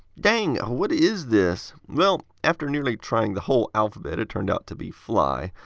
dang. what is this? well, after nearly trying the whole alphabet, it turned out to be fly.